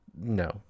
No